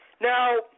Now